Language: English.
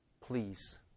please